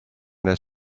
their